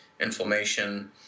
inflammation